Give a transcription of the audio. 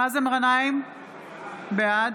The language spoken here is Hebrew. מאזן גנאים, בעד